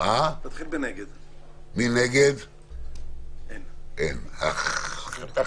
מיעוט נמנעים, אין אושר.